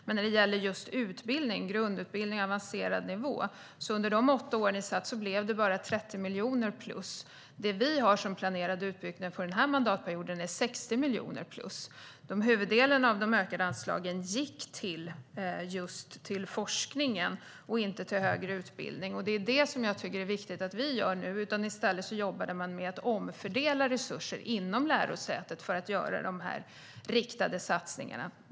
Men när det gäller just utbildning, grundutbildning och avancerad nivå, blev det under de åtta år som ni satt bara 30 miljoner plus. Det vi har som planerad utbyggnad under den här mandatperioden är 60 miljoner plus. Huvuddelen av de ökade anslagen gick just till forskningen och inte till högre utbildning - det är det som jag tycker är viktigt att vi gör nu. I stället jobbade man med att omfördela resurser inom lärosätet för att göra de här riktade satsningarna.